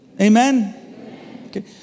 Amen